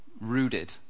rooted